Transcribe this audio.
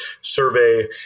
survey